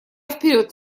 вперед